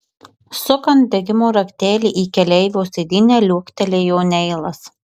sukant degimo raktelį į keleivio sėdynę liuoktelėjo neilas